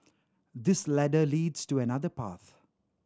this ladder leads to another path